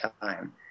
time